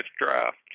draft